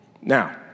Now